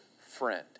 friend